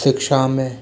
शिक्षा में